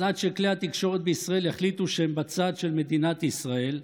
אז עד שכלי התקשורת בישראל יחליטו שהם בצד של מדינת ישראל,